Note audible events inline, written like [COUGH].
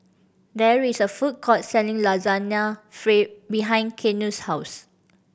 there is a food court selling Lasagna [UNINTELLIGIBLE] behind Keanu's house